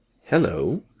Hello